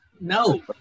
No